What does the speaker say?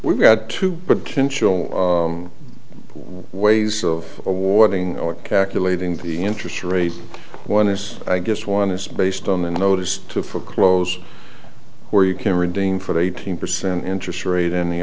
we've got two potential ways of awarding or calculating the interest rate one is i guess one is based on the notice to foreclose where you can redeem for the eighteen percent interest rate and the